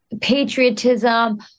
patriotism